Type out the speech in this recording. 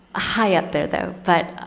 ah high up there, though, but